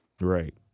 Right